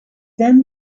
then